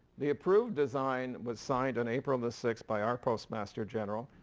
the approved design was signed on april the sixth by our postmaster general.